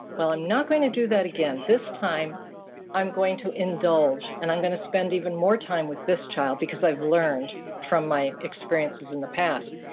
well, i'm not going to do that again, this time i'm going to indulge and i'm going to spend even more time with this child because i have learned from my experiences in the past.